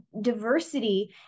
diversity